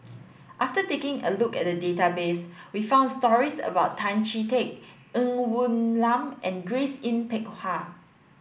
after taking a look at the database we found stories about Tan Chee Teck Ng Woon Lam and Grace Yin Peck Ha